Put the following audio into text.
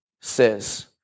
says